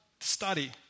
study